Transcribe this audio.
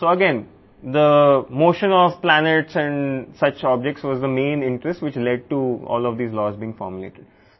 కాబట్టి మళ్లీ గ్రహాల కదలిక మరియు అటువంటి వస్తువులు ఈ చట్టాలన్నీ సూత్రీకరించడానికి దారితీసిన ప్రధాన ఆసక్తి